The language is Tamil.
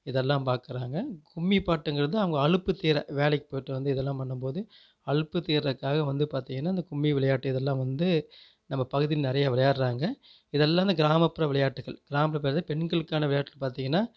இதெல்லாம் பார்க்குறாங்க கும்மிப்பாட்டுங்கிறது அவங்க அலுப்புத்தீர வேலைக்குப் போயிவிட்டு வந்து இதெல்லாம் பண்ணும்போது அலுப்பு தீர்றதுக்காக வந்து பாத்திங்கனா இந்த கும்மி விளையாட்டு இதெல்லாம் வந்து நம்ம பகுதி நிறையா விளையாடுறாங்க இதெல்லாம் இந்த கிராமப்புற விளையாட்டுக்கள் கிராமப்புறத்தில் பெண்களுக்கான விளையாட்டுக்கள் பாத்திங்கனா